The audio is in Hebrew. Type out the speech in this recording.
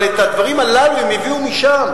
אבל את הדברים הללו הם הביאו משם.